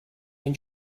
when